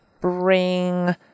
bring